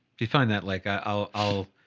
do you find that like i, i'll,